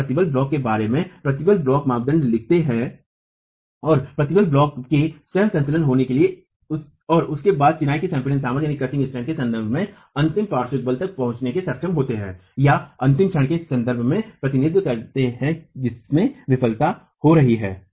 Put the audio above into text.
हम प्रतिबल ब्लॉक में बराबर प्रतिबल ब्लॉक मापदंड लिखते हैं और प्रतिबल ब्लॉक में स्वयं संतुलन को लिखते हैं और उसके बाद चिनाई की संपीडन सामर्थ्य के संबंध में अंतिम पार्श्व बल तक पहुंचने में सक्षम होते हैं या अंतिम क्षण के संदर्भ में प्रतिनिधित्व करते हैं जिसमें विफलता हो रही है